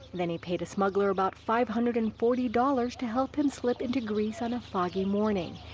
then he paid a smuggler about five hundred and forty dollars to help him slip into greece on a foggy morning.